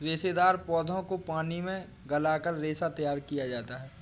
रेशेदार पौधों को पानी में गलाकर रेशा तैयार किया जाता है